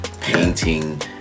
painting